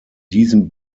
diesem